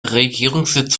regierungssitz